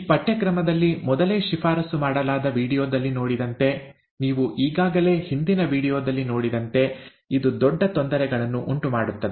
ಈ ಪಠ್ಯಕ್ರಮದಲ್ಲಿ ಮೊದಲೇ ಶಿಫಾರಸು ಮಾಡಲಾದ ವೀಡಿಯೊದಲ್ಲಿ ನೋಡಿದಂತೆ ನೀವು ಈಗಾಗಲೇ ಹಿಂದಿನ ವೀಡಿಯೊದಲ್ಲಿ ನೋಡಿದಂತೆ ಇದು ದೊಡ್ಡ ತೊಂದರೆಗಳನ್ನು ಉಂಟುಮಾಡುತ್ತದೆ